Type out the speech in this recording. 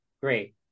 great